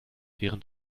während